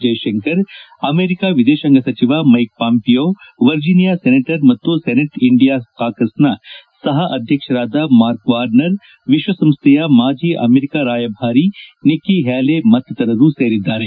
Jaishankar America ವಿದೇಶಾಂಗ ಸಚಿವ Mike Pompeo Virginia senator ಮತ್ತು ಸೆನೆಟ್ ಇಂಡಿಯಾ ಕಾಕಸ್ನ ಸಪ ಅಧ್ಯಕ್ಷರಾದ ಮಾರ್ಕ್ ವಾರ್ನರ್ ವಿಶ್ವಸಂಸ್ಥೆಯ ಮಾಜಿ ಅಮೆರಿಕ ರಾಯಭಾರಿ ನಿಕ್ಷಿ ಹ್ಯಾಲೆ ಮತ್ತಿತರರು ಸೇರಿದ್ದಾರೆ